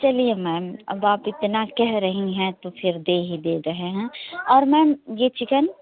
चलिए मैम अब आप इतना कह रही हैं तो फिर दे ही दे रहे हैं और मैम ये चिकन